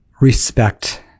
respect